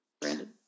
Brandon